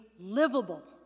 livable